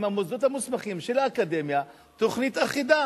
המוסדות המוסמכים של האקדמיה תוכנית אחידה.